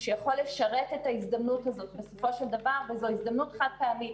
שיכול לשרת את ההזדמנות הזו בסופו של דבר זו הזדמנות חד פעמית,